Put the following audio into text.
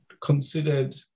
considered